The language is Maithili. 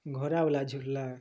घोड़ावला झूला